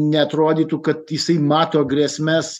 neatrodytų kad jisai mato grėsmes